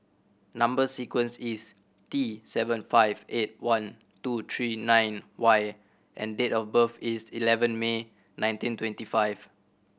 number sequence is D seven five eight one two three nine Y and date of birth is eleven May nineteen twenty five